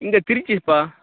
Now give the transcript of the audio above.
இங்கே திருச்சிப்பா